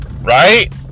right